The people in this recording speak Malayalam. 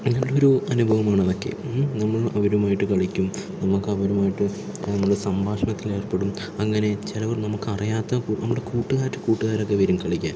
അങ്ങനെയുള്ളൊരു അനുഭവമാണ് മറ്റേ നമ്മൾ അവരുമായിട്ട് കളിക്കും നമുക്കവരുമായിട്ട് നമ്മൾ സംഭാഷണത്തിൽ ഏർപ്പെടും അങ്ങനെ ചിലവർ നമുക്ക് അറിയാത്ത നമ്മുടെ കൂട്ടുകാരുടെ കൂട്ടുകാരൊക്കെ വരും കളിക്കാൻ